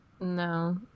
No